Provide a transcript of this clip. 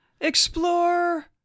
explore